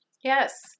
Yes